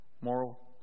moral